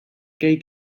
gay